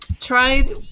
tried